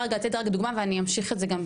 רק דוגמא ואני אמשיך את זה גם,